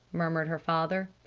murmured her father.